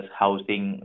housing